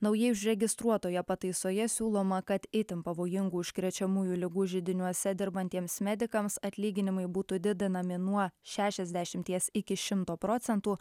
naujai užregistruotoje pataisoje siūloma kad itin pavojingų užkrečiamųjų ligų židiniuose dirbantiems medikams atlyginimai būtų didinami nuo šešiasdešimties iki šimto procentų